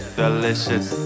delicious